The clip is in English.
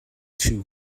two